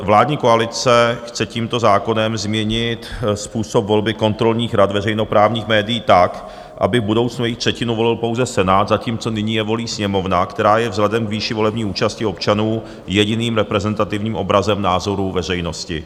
Vládní koalice chce tímto zákonem změnit způsob volby kontrolních rad veřejnoprávních médií tak, aby v budoucnu jich třetinu volil pouze Senát, zatímco nyní je volí Sněmovna, která je vzhledem k výši volební účasti občanů jediným reprezentativním obrazem názorů veřejnosti.